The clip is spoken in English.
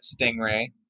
Stingray